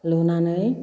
लुनानै